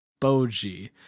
Boji